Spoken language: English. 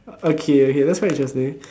okay okay that's quite interesting